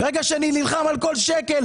ואני נלחם על כל שקל,